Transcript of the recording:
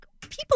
people